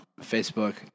Facebook